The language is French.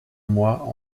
mois